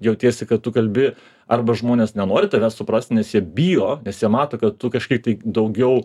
jautiesi kad tu kalbi arba žmonės nenori tavęs suprasti nes jie bijo nes jie mato kad tu kažkaip tai daugiau